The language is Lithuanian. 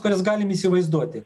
kurias galim įsivaizduoti